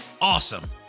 awesome